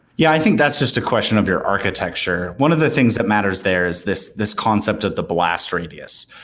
yeah, i think that's just a question of your architecture. one of the things that matters there is this this concept of the blast radius.